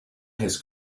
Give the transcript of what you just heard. his